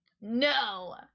no